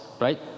right